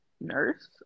nurse